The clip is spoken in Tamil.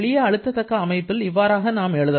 ஒரு எளிய அழுத்த தக்க அமைப்பில் இவ்வாறாக நாம் எழுதலாம்